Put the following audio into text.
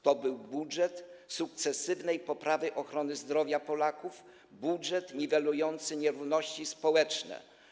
To był budżet sukcesywnej poprawy ochrony zdrowia Polaków, budżet niwelujący nierówności społeczne.